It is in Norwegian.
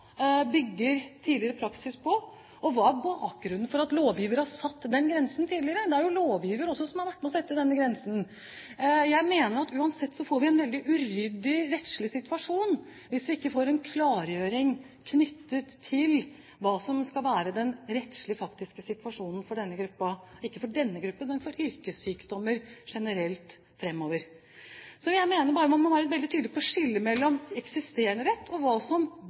tidligere praksis bygger på, og se på hva som er bakgrunnen for at lovgiver har satt den grensen tidligere. Lovgiver har jo også vært med på å sette denne grensen. Jeg mener at uansett får vi en veldig uryddig rettslig situasjon hvis vi ikke får en klargjøring knyttet til hva som skal være den rettslige faktiske situasjonen for denne gruppen – ikke for denne gruppen, men for yrkessykdommer generelt framover. Jeg mener bare man må være veldig tydelig på å skille mellom eksisterende rett og hva som